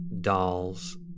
dolls